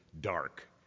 dark